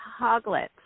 hoglets